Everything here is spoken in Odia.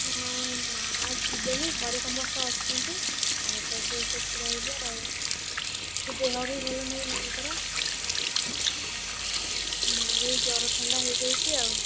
ହଁ ମା' ଯିବେନି ଘରେ ସମସ୍ତେ ଅଛନ୍ତି ଆଉ ତା'ପରେ ସେଇଠି ରହିବେ ଆଉ ଦେହ ବି ଭଲ ନାହିଁ ମାଆଙ୍କର ମାଆଙ୍କୁ ଏଇ ଜ୍ଵର ଥଣ୍ଡା ହୋଇଯାଇଛି ଆଉ